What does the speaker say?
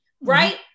right